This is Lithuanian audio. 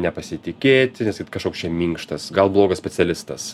nepasitikėti kažkoks čia minkštas gal blogas specialistas